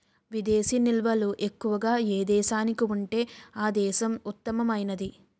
విదేశీ నిల్వలు ఎక్కువగా ఏ దేశానికి ఉంటే ఆ దేశం ఉత్తమమైనది